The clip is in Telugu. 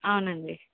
అవునండి